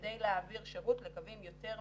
כדי להעביר שירות לקווים יותר מהירים,